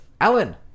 Alan